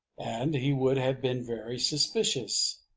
and he would have been very suspicious,